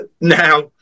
Now